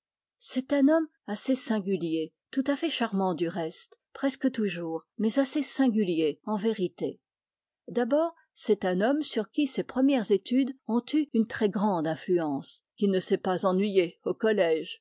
c'est un homme assez singulier tout à fait charmant du reste presque toujours mais assez singulier en vérité d'abord c'est un homme sur qui ses premières études ont eu une très grande influence qui ne s'est pas ennuyé au collège